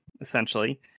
essentially